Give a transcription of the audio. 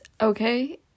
Okay